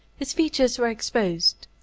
his features were exposed,